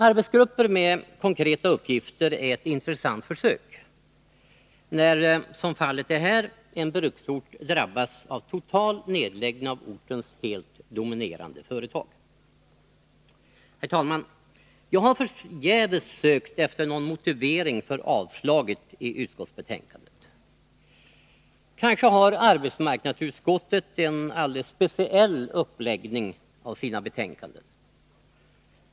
Arbetsgrupper med konkreta uppgifter är ett intressant försök, när — som fallet är här — en bruksort drabbas av total nedläggning av ortens helt dominerande företag. Herr talman! Jag har förgäves sökt efter någon motivering för avstyrkandet i utskottsbetänkandet. Kanske har arbetsmarknadsutskottet en alldeles speciell uppläggning av sina betänkanden.